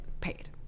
paid